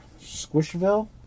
Squishville